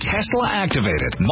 Tesla-activated